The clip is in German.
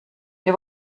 wir